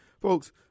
Folks